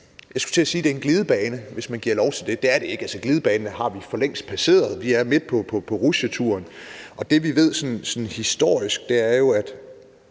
Jeg skulle til at sige, at det er en glidebane, hvis man giver lov til det. Det er det ikke, for glidebanen har vi for længst passeret – vi er midt på rutsjeturen. Det, vi ved sådan historisk, er jo, at